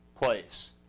place